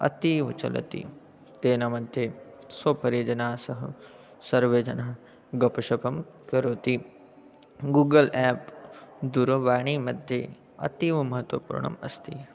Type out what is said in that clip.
अतीव चलति तेन मध्ये स्वपरिजनैः सह सर्वे जनाः गपशपं करोति गूगल् आप् दूरवाणी मध्ये अतीवमहत्त्वपूर्णम् अस्ति